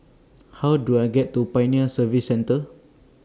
How Do I get to Pioneer Service Centre